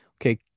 okay